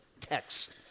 text